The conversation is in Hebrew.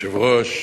אדוני היושב-ראש,